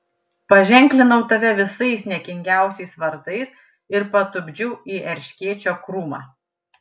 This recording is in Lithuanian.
paženklinau tave visais niekingiausiais vardais ir patupdžiau į erškėčio krūmą